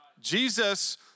Jesus